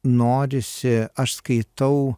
norisi aš skaitau